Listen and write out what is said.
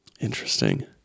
interesting